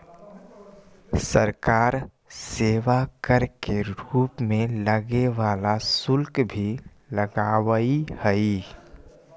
सरकार सेवा कर के रूप में लगे वाला शुल्क भी लगावऽ हई